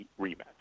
rematch